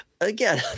again